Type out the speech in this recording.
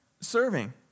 Serving